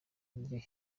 iryo